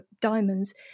diamonds